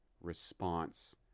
response